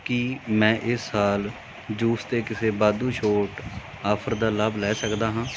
ਕੀ ਮੈਂ ਇਸ ਸਾਲ ਜੂਸ 'ਤੇ ਕਿਸੇ ਵਾਧੂ ਛੋਟ ਆਫ਼ਰ ਦਾ ਲਾਭ ਲੈ ਸਕਦਾ ਹਾਂ